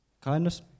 Kindness